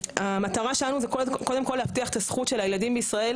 המטרה שלנו זה קודם כל להבטיח את הזכות של הילדים בישראל,